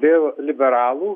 dėl liberalų